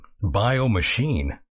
bio-machine